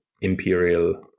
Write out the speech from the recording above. imperial